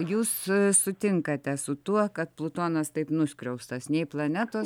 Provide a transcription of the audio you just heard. jūs sutinkate su tuo kad plutonas taip nuskriaustas nei planetos